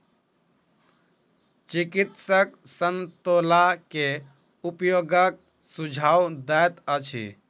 चिकित्सक संतोला के उपयोगक सुझाव दैत अछि